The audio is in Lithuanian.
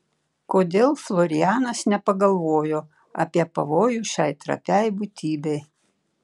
kodėl florianas nepagalvojo apie pavojų šiai trapiai būtybei